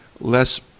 less